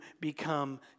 become